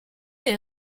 est